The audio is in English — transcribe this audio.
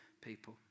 people